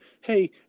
hey